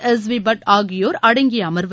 S V Bhat ஆகியோர் அடங்கிய அமர்வு